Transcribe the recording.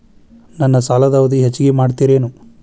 ನನ್ನ ಸಾಲದ ಅವಧಿ ಹೆಚ್ಚಿಗೆ ಮಾಡ್ತಿರೇನು?